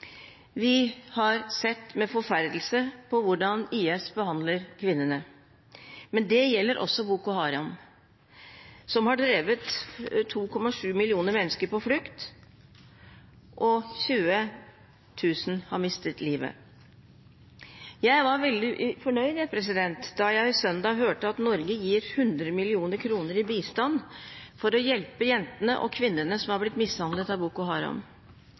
Vi har sett med forferdelse på hvordan IS behandler kvinnene, men det gjelder også Boko Haram, som har drevet 2,7 millioner mennesker på flukt, og 20 000 har mistet livet. Jeg var veldig fornøyd da jeg søndag hørte at Norge gir 100 mill. kr i bistand for å hjelpe jentene og kvinnene som er blitt mishandlet av Boko Haram, med vekt på utdanning og